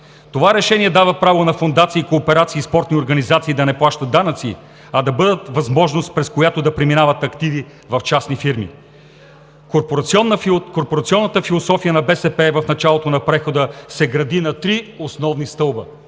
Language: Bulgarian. Това решение дава право на фондации, кооперации и спортни организации да не плащат данъци, а да бъдат възможност, през която да преминават активи в частни фирми. Корпорационната философия на БСП в началото на прехода се гради на три основни стълба.